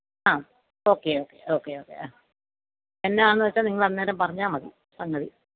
ആഹ് okay okay okay okay ആഹ് എന്താണെന്ന് വെച്ചാൽ നിങ്ങൾ അന്നേരം പറഞ്ഞാൽ മതി സംഗതി